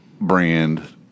brand